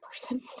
person